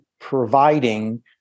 providing